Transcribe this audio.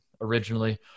originally